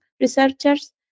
researchers